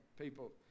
people